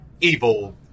Evil